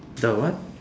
the what